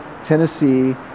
Tennessee